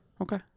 Okay